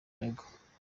aregwa